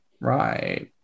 Right